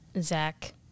Zach